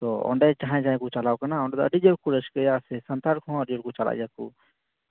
ᱛᱚ ᱚᱸᱰᱮ ᱡᱟᱦᱟᱸᱭᱼᱡᱟᱦᱟᱸᱭ ᱠᱚ ᱪᱟᱞᱟᱣ ᱠᱟᱱᱟ ᱚᱸᱰᱮ ᱫᱚ ᱟᱹᱰᱤ ᱡᱚᱢᱚᱠ ᱠᱚ ᱨᱟᱹᱥᱠᱟᱹᱭᱟ ᱥᱮ ᱥᱟᱱᱛᱟᱲ ᱠᱚᱦᱚᱸ ᱟᱹᱰᱤ ᱠᱟᱡᱟᱠ ᱠᱚ ᱪᱟᱞᱟᱜ ᱜᱮᱭᱟ ᱠᱚ